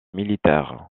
militaire